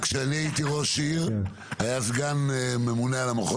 כשאני הייתי ראש עיר היה סגן ממונה על המחוז שהוא היה מצוין.